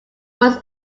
words